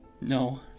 No